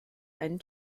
einen